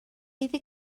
iddi